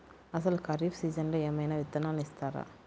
అసలు ఖరీఫ్ సీజన్లో ఏమయినా విత్తనాలు ఇస్తారా?